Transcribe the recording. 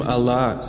Allah